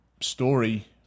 story